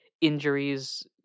injuries